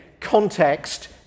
Context